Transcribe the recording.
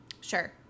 Sure